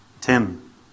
Tim